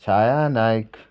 Chhaya Naik